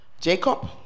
jacob